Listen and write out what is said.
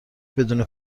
بدون